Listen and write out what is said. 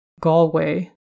Galway